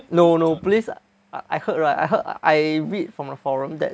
no no police I I heard right I heard I read from the forum that